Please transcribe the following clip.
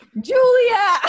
Julia